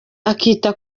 akita